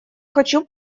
хочу